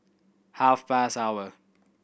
half past hour